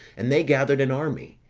and they gathered an army,